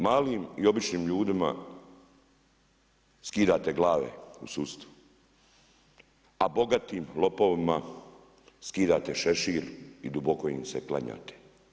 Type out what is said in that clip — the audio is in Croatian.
Malim i običnim ljudima skidate glave u sudstvu, a bogatim lopovima skidate šešir i duboko im se klanjate.